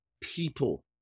people